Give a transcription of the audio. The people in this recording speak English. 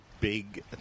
big